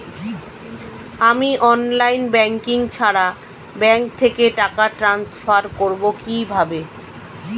আমি online banking ছাড়া bank থেকে টাকা ট্রান্সফার করবো কিভাবে?